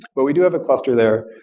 but we do have a cluster there.